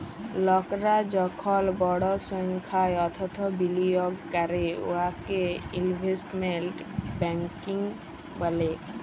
লকরা যখল বড় সংখ্যায় অথ্থ বিলিয়গ ক্যরে উয়াকে ইলভেস্টমেল্ট ব্যাংকিং ব্যলে